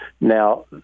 Now